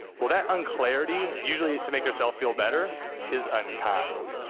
well, that unclarity, usually to make yourself feel better, is unkind,